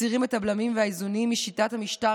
מסירים את הבלמים והאיזונים משיטת המשטר